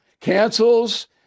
cancels